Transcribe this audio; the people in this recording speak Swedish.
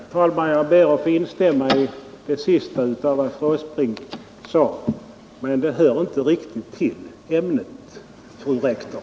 Herr talman! Jag ber att få instämma i det sista av vad fru Åsbrink sade, men det hör inte riktigt till ämnet, fru rektor!